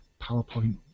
powerpoint